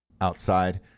outside